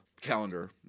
calendar